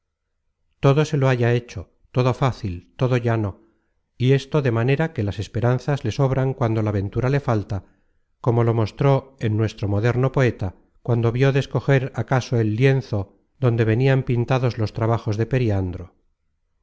todo se lo halla hecho todo fácil todo llano y esto de manera que las esperanzas le sobran cuando la ventura le falta como lo mostró este nuestro moderno poeta cuando vió descoger acaso el lienzo donde venian pintados los trabajos de